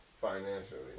financially